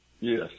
Yes